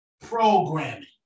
Programming